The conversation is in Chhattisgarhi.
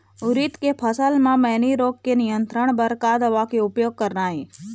उरीद के फसल म मैनी रोग के नियंत्रण बर का दवा के उपयोग करना ये?